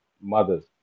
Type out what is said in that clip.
mothers